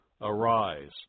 Arise